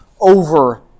over